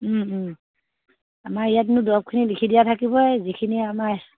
আমাৰ ইয়াত ইনেও দৰবখিনি লিখি দিয়া থাকিবই যিখিনি আমাৰ